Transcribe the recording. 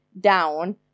down